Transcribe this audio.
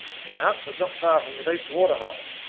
my hut was not far from a deep waterhole,